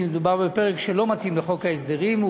כי מדובר בפרק שלא מתאים לחוק ההסדרים.